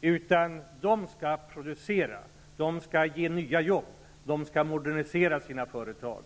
utan de skall producera. De skall ge nya jobb. De skall modernisera sina företag.